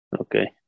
okay